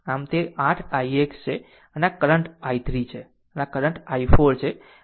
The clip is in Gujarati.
આમ તે 8 ix છે અને આ કરંટ i3 છે અને આ કરંટ i4 છે